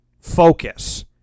Focus